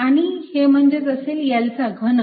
आणि हे म्हणजेच असेल L चा घन